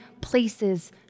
places